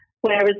whereas